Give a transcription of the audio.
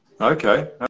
Okay